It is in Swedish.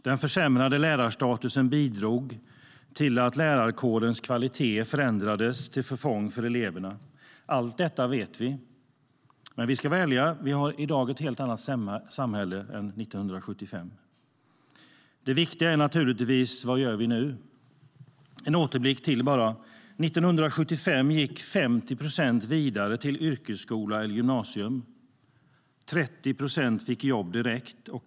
Den försämrade lärarstatusen bidrog till att lärarkårens kvalitet förändrades, till förfång för eleverna. Allt detta vet vi. Men vi ska vara ärliga. Vi har i dag ett helt annat samhälle än 1975. Det viktiga är naturligtvis: Vad gör vi nu? Jag ska göra en återblick till. År 1975 gick 50 procent vidare till yrkesskola eller gymnasium. 30 procent fick jobb direkt.